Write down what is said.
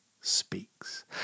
speaks